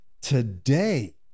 Today